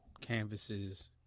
canvases